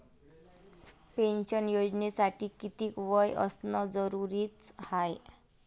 Pension योजनेसाठी कितीक वय असनं जरुरीच हाय?